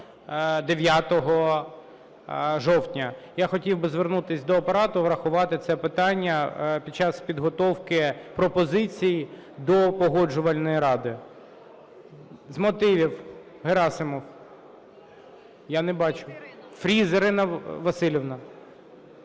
29 жовтня. Я хотів би звернутися до Апарату врахувати це питання під час підготовки пропозицій до Погоджувальної ради. З мотивів – Герасимов. Я не бачу. Фріз Ірина Василівна.